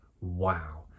wow